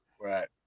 Right